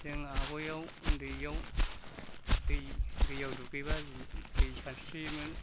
जों आगयाव उन्दैयाव दै दैयाव दुगैबा जि दै सानस्रियोमोन